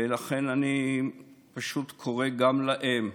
ולכן, אני פשוט קורא להם: